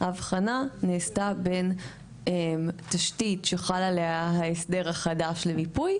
ההבחנה נעשתה בין תשתית שחל עליה ההסדר החדש למיפוי,